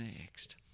next